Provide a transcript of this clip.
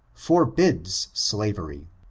forbids slavery.